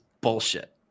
bullshit